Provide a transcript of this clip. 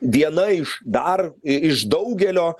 viena iš dar iš daugelio